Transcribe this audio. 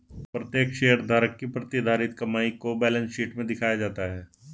प्रत्येक शेयरधारक की प्रतिधारित कमाई को बैलेंस शीट में दिखाया जाता है